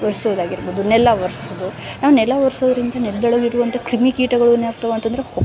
ಒರ್ಸೊದಾಗಿರ್ಬೋದು ನೆಲ ಒರ್ಸೊದು ನಾವು ನೆಲ ಒರ್ಸೋದರಿಂದ ನೆಲ್ದೊಳಗಿರುವಂಥ ಕ್ರಿಮಿ ಕೀಟಗಳು ಏನಾಗ್ತವೆ ಅಂತಂದ್ರೆ ಹೋಗ್ತವೆ